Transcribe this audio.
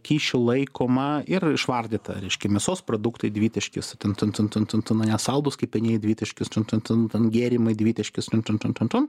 kyšiu laikoma ir išvardyta reiškia mėsos produktai dvitaškis tun tun tun tun nesaldūs kepiniai dvitaškis tun tun tun ten gėrimai dvitaškis tun tun tun tun